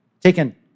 taken